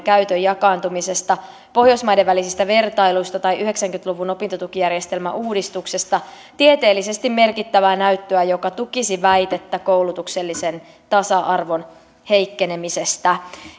käytön jakaantumisesta pohjoismaiden välisistä vertailuista tai yhdeksänkymmentä luvun opintotukijärjestelmän uudistuksesta tieteellisesti merkittävää näyttöä joka tukisi väitettä koulutuksellisen tasa arvon heikkenemisestä